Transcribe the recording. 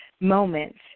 moments